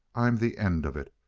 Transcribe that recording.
i'm the end of it.